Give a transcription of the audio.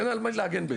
אין על מי להגן בעצם.